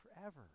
forever